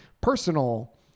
personal